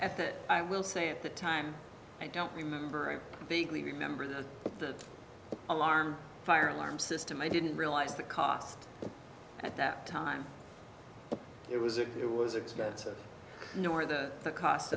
at that i will say at the time i don't remember i vaguely remember that the alarm fire alarm system i didn't realize the cost at that time it was it was expensive nor the